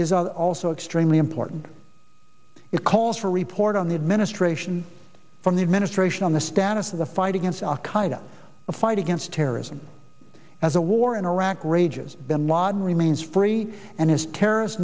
is also extremely important it calls for a report on the administration from the administration on the status of the fight against al qaida the fight against terrorism as the war in iraq rages bin laden remains free and his terrorist